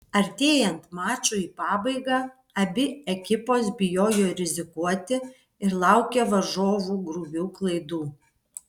artėjant mačui į pabaigą abi ekipos bijojo rizikuoti ir laukė varžovų grubių klaidų